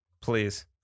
please